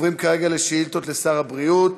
אנחנו עוברים לשאילתות לשר הבריאות.